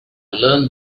learned